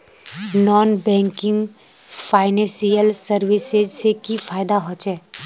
Non banking financial services से की फायदा होचे?